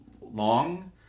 long